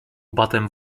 batem